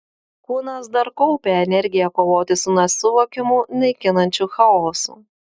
kūnas dar kaupė energiją kovoti su nesuvokiamu naikinančiu chaosu